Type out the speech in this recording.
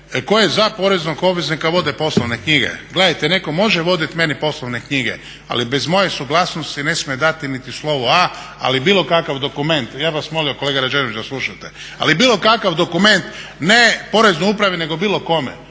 koje za poreznog obveznika vode poslovne knjige." Gledajte neko može vodit meni poslovne knjige, ali bez moje suglasnosti ne smije dati niti slovo a, ali bilo kakav dokument, ja bih vas molio kolega Rađenović da slušat, ali bilo kakav dokument ne poreznoj upravni nego bilo kome.